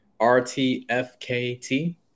RTFKT